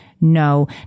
No